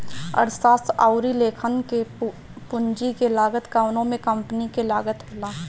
अर्थशास्त्र अउरी लेखांकन में पूंजी की लागत कवनो भी कंपनी के लागत होला